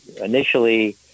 initially